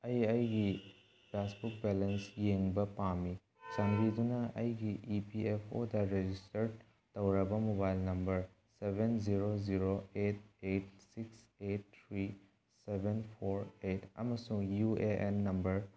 ꯑꯩ ꯑꯩꯒꯤ passbook balance ꯌꯦꯡꯕ ꯄꯥꯝꯃꯤ ꯆꯥꯟꯕꯤꯗꯨꯅ ꯑꯩꯒꯤ ꯏ ꯄꯤ ꯑꯦꯐ ꯑꯣꯗ ꯔꯦꯖꯤꯁꯇꯔ ꯇꯧꯔꯕ mobile number seven zero zero eight eight six eight three seven four eight ꯑꯃꯁꯨꯡ ꯌꯨ ꯑꯦ ꯑꯦꯟ ꯅꯝꯕꯔ